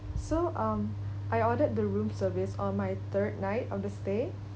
so um I ordered the room service on my third night of the stay